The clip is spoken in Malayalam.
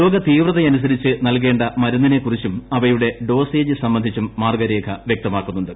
രോഗതീവ്രതയനുസരിച്ച് നൽകേണ്ട മരുന്നിനെക്കുറിച്ചും അവയുടെ ഡോസേജ് സംബന്ധിച്ചും മാർഗ്ഗുരേഖ വ്യക്തമാക്കുന്നുണ്ട്